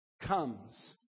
comes